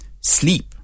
sleep